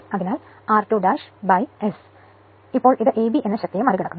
അതിനാൽ r2 S ഇപ്പോൾ ഇത് യഥാർത്ഥത്തിൽ a b എന്ന ശക്തിയെ മറികടക്കുന്നു